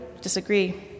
disagree